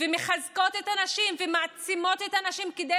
מחזקות את הנשים ומעצימות את הנשים כדי